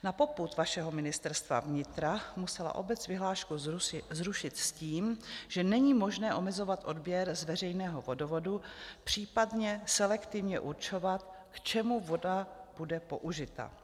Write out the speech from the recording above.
Na popud vašeho Ministerstva vnitra musela obec vyhlášku zrušit s tím, že není možné omezovat odběr z veřejného vodovodu, případně selektivně určovat, k čemu voda bude použita.